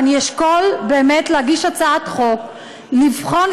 ואשקול באמת להגיש הצעת חוק לבחון,